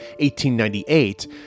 1898